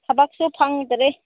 ꯊꯕꯛꯁꯨ ꯐꯪꯗ꯭ꯔꯦ